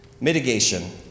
Mitigation